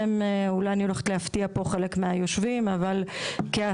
אולי אני הולכת להפתיע פה חלק מהיושבים, אבל כ-10%